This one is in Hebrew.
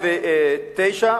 ב-2009,